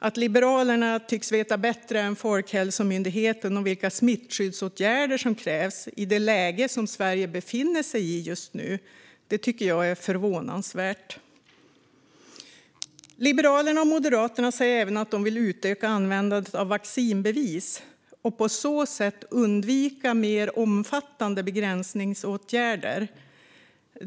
Att Liberalerna tycks veta bättre än Folkhälsomyndigheten vilka smittskyddsåtgärder som krävs i det läge som Sverige befinner sig i just nu tycker jag är förvånansvärt. Liberalerna och Moderaterna säger att de vill utöka användningen av vaccinationsbevis och på så sätt undvika mer omfattande begränsningsåtgärder.